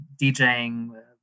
djing